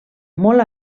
molt